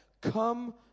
Come